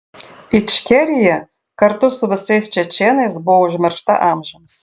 ičkerija kartu su visais čečėnais buvo užmiršta amžiams